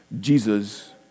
Jesus